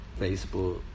Facebook